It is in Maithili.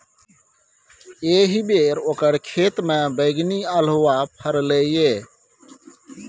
एहिबेर ओकर खेतमे बैगनी अल्हुआ फरलै ये